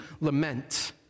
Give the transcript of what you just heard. lament